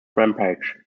rampage